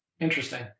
Interesting